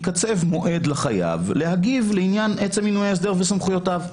ייקצב מועד לחייב להגיב לעניין עצם מינוי מנהל ההסדר וסמכויותיו.